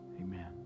Amen